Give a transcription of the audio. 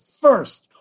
first